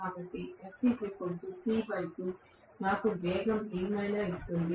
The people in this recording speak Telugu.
కాబట్టి fp2 నాకు వేగం ఏమైనా ఇస్తుంది